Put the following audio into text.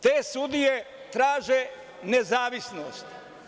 Te sudije traže nezavisnost.